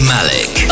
Malik